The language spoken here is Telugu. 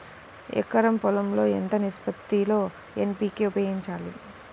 ఎకరం పొలం లో ఎంత నిష్పత్తి లో ఎన్.పీ.కే ఉపయోగించాలి?